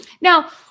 Now